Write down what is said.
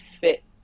fit